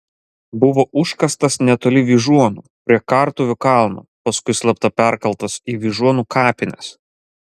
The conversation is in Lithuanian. buvo užkastas netoli vyžuonų prie kartuvių kalno paskui slapta perkeltas į vyžuonų kapines